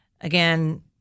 again